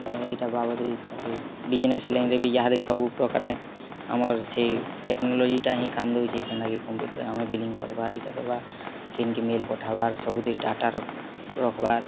ଏଇଟା ବାବଦରେ ତା'ପରେ ବିଜିନେସ୍ ଲାଇନ୍ରେ ବି ଯାହାହେଲେ ସବୁ ପ୍ରକାରେ ଆମର ସେ ଟେକ୍ନୋଲେଜିଟା ହିଁ କାମ ଦଉଛି ଯେନଟା କି କମ୍ପୁଟର୍ରେ ଆମେ ବିଲିଂ କରିବା ଏଇଟା କରିବା କେନିକି ମେଲ୍ ପଠାବାର ସବୁଦି ଡାଟାର ରଖବାର୍